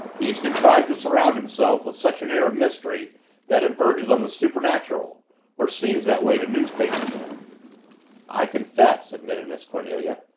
he's contrived to surround himself with such an air of mystery that it verges on the supernatural or seems that way to newspapermen. i confess, admitted miss cornelia,